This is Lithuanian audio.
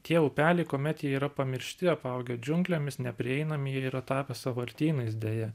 tie upeliai kuomet jie yra pamiršti apaugę džiunglėmis neprieinami jie yra tapę sąvartynais deja